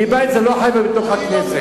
מבית זה לא חבר'ה בכנסת,